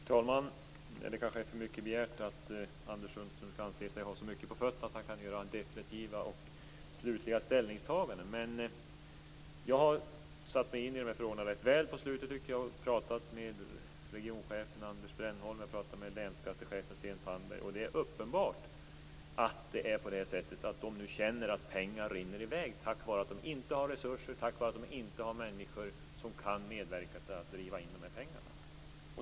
Herr talman! Det är kanske för mycket begärt att Anders Sundström skall anse sig ha så mycket på fötterna att han kan göra definitiva och slutliga ställningstaganden. Jag har satt mig in i de här frågorna ganska väl och pratat med regionchefen Anders Det är uppenbart att de nu känner att pengar rinner i väg på grund av att de inte har resurser och människor som kan medverka till att driva in dessa pengar.